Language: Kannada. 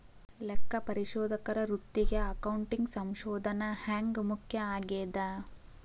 ಲೆಕ್ಕಪರಿಶೋಧಕರ ವೃತ್ತಿಗೆ ಅಕೌಂಟಿಂಗ್ ಸಂಶೋಧನ ಹ್ಯಾಂಗ್ ಮುಖ್ಯ ಆಗೇದ?